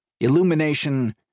illumination